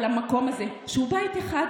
ולהתנגד,